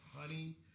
honey